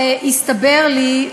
הסתבר לי,